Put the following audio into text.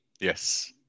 Yes